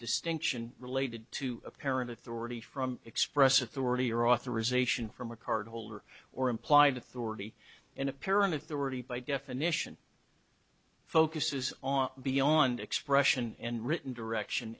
distinction related to apparent authority from express authority or authorization from a card holder or implied authority in a parent if they were to by definition focuses on beyond expression and written direction